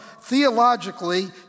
Theologically